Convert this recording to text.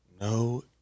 No